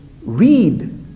Read